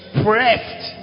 pressed